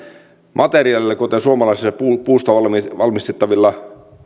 materiaaleilla kuten suomalaisesta puusta puusta valmistettavilla